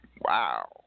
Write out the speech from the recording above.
Wow